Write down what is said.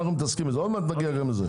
עוד מעט נגיע גם לזה.